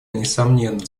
несомненно